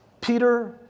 Peter